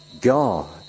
God